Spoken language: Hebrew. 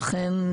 ובכן,